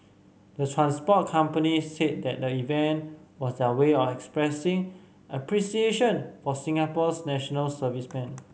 the transport companies said that the event was their way of expressing appreciation for Singapore's national servicemen